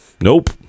Nope